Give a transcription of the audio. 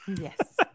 Yes